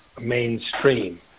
mainstream